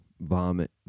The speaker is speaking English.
vomit